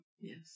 Yes